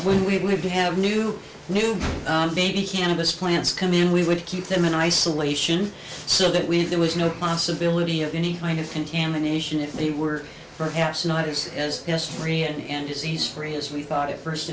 when we have to have new new baby cannabis plants come in we would keep them in isolation so that we there was no possibility of any kind of contamination if they were perhaps not is as yes free and disease free as we thought it first